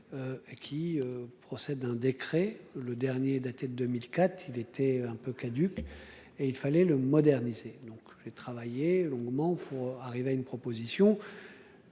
Qui procède d'un décret le dernier datait de 2004, il était un peu caducs et il fallait le moderniser. Donc j'ai travaillé longuement pour arriver à une proposition.